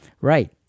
Right